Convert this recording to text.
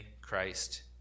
Christ